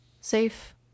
safe